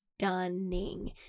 stunning